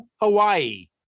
Hawaii